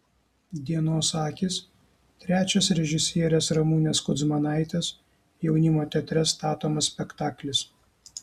dienos akys trečias režisierės ramunės kudzmanaitės jaunimo teatre statomas spektaklis